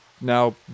now